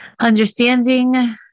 Understanding